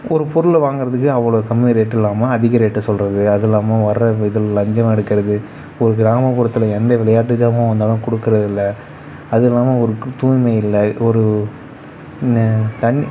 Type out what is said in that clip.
ஒரு பொருள் வாங்கிறதுக்கு அவ்வளோ கம்மி ரேட் இல்லாமல் அதிக ரேட் சொல்கிறது அதுவும் இல்லாமல் வர்ற இதில் லஞ்சம் எடுக்கிறது ஒரு கிராமப்புறத்தில் எந்த விளையாட்டு சாமான் வந்தாலும் கொடுக்குறதில்ல அதுவும் இல்லாமல் ஒரு தூய்மை இல்லை ஒரு ந தண்ணி